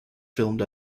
filmed